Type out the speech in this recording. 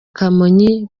kamonyi